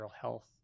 Health